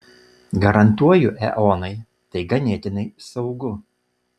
garantuoju eonai tai ganėtinai saugu